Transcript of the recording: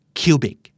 cubic